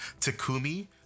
Takumi